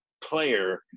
player